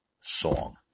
song